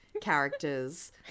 characters